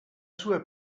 sue